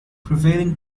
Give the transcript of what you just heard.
prevailing